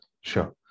Sure